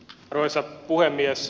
arvoisa puhemies